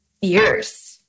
years